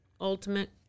ultimate